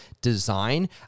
design